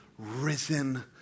risen